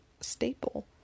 staple